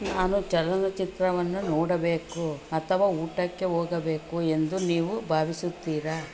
ನಾನು ಚಲನಚಿತ್ರವನ್ನು ನೋಡಬೇಕು ಅಥವಾ ಊಟಕ್ಕೆ ಹೋಗಬೇಕು ಎಂದು ನೀವು ಭಾವಿಸುತ್ತೀರಾ